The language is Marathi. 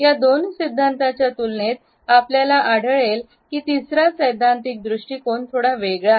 या दोन सिद्धांतांच्या तुलनेत आपल्याला आढळले की तिसरा सैद्धांतिक दृष्टीकोन थोड्या वेगळ्या आहे